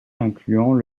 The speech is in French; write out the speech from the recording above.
incluant